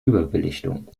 überbelichtung